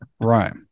Right